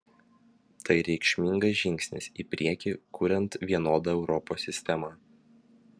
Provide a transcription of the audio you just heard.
tai reikšmingas žingsnis į priekį kuriant vienodą europos sistemą